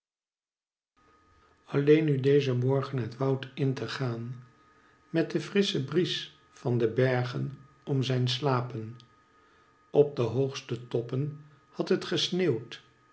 alleen nu dezen morgen het woud in te gaan met den frisschen bries van de bergen om zijn slapen op de hoogste toppen had het gesneeuwd